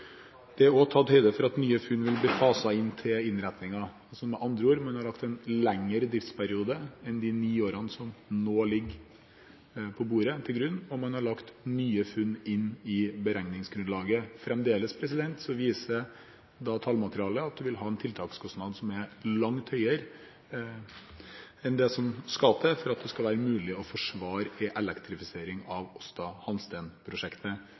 Det er også tatt høyde for at nye funn vil bli faset inn til innretningen. Med andre ord har man lagt til grunn en lengre driftsperiode enn de ni årene som nå ligger på bordet, og man har lagt nye funn inn i beregningsgrunnlaget. Fremdeles viser tallmaterialet at en vil ha en tiltakskostnad som er langt høyere enn det som skal til for at det skal være mulig å forsvare elektrifisering